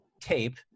tape